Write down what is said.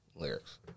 Lyrics